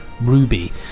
Ruby